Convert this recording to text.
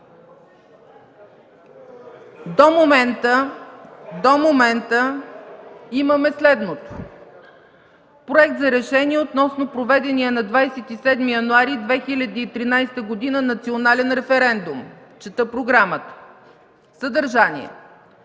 До момента имаме следното: „Проект за решение относно проведения на 27 януари 2013 г. национален референдум” – чета програмата. Съдържание: